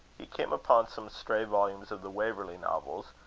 he came upon some stray volumes of the waverley novels,